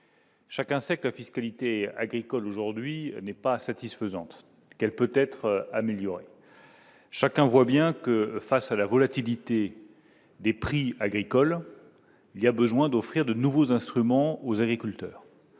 Chacun sait que la fiscalité agricole aujourd'hui n'est pas satisfaisante qu'peut être amélioré, chacun voit bien que face à la volatilité des prix agricoles, il y a besoin d'offrir de nouveaux instruments aux agriculteurs,